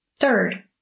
Third